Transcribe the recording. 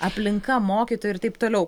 aplinka mokytojų ir taip toliau